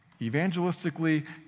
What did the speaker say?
evangelistically